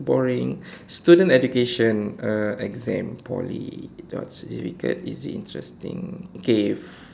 boring student education uh exam Poly it gets easy interesting okay